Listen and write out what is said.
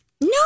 No